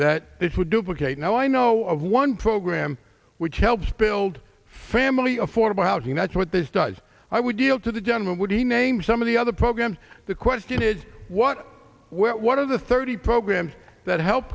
that this would duplicate now i know of one program which helps build family affordable housing that's what this does i would deal to the general would he name some of the other programs the question is what where one of the thirty programs that help